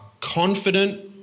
confident